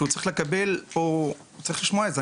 שהוא צריך לקבל או צריך לשמוע את זה.